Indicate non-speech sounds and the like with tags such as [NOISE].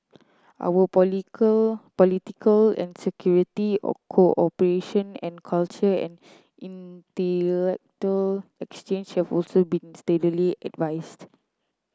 our [UNINTELLIGIBLE] political and security [UNINTELLIGIBLE] cooperation and cultural and intellectual exchange have also been steadily advanced